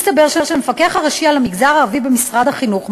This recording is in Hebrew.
מסתבר שלמפקח הראשי על המגזר הערבי במשרד החינוך,